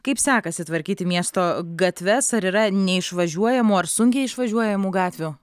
kaip sekasi tvarkyti miesto gatves ar yra neišvažiuojamų ar sunkiai išvažiuojamų gatvių